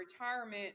retirement